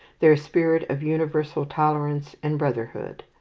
their spirit of universal tolerance and brotherhood.